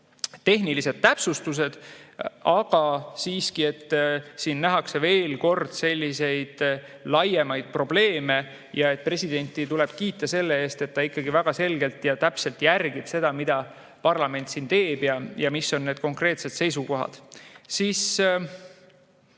tehnilised täpsustused. Aga siiski siin nähakse laiemaid probleeme ja presidenti tuleb kiita selle eest, et ta ikkagi väga selgelt ja täpselt järgib seda, mida parlament teeb ja mis on konkreetsed seisukohad. Oli